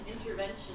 intervention